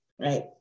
right